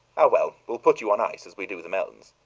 ah, well, we'll put you on ice, as we do the melons.